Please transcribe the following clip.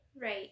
Right